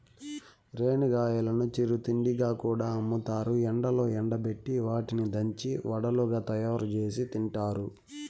రేణిగాయాలను చిరు తిండిగా కూడా అమ్ముతారు, ఎండలో ఎండబెట్టి వాటిని దంచి వడలుగా తయారుచేసి తింటారు